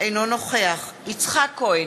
אינו נוכח יצחק כהן,